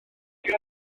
chi